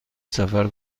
سفر